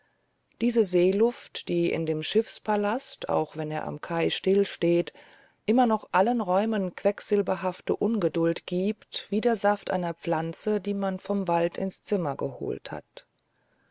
diese seeluft die in dem schiffspalast auch wenn er am kai still steht immer noch allen räumen quecksilberhafte ungeduld gibt wie der saft einer pflanze die man vom wald ins zimmer geholt hat